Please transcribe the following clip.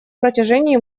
протяжении